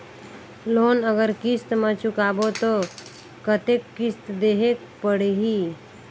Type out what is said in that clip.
Loan अगर किस्त म चुकाबो तो कतेक किस्त देहेक पढ़ही?